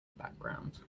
background